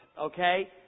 Okay